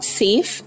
safe